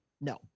No